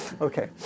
Okay